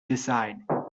decide